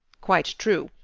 quite true.